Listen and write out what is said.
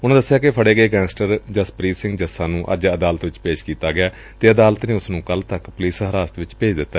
ਉਨੂਾ ਦਸਿਆ ਕਿ ਫੜੇ ਗਏ ਗੈਂਗਸਟਰ ਜਸਪ੍ਰੀਤ ਸਿੰਘ ਜੱਸਾ ਨੁੰ ਅੱਜ ਅਦਾਲਤ ਵਿਚ ਪੇਸ਼ ਕੀਤਾ ਗਿਐ ਤੇ ਅਦਾਲਤ ਨੇ ਉਸ ਨੁੰ ਕੱਲ ਤੱਕ ਪੁਲਿਸ ਹਿਰਾਸਤ ਵਿਚ ਭੇਜ ਦਿੱਤਾ